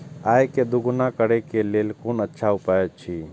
आय के दोगुणा करे के लेल कोन अच्छा उपाय अछि?